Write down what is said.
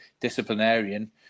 disciplinarian